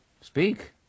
speak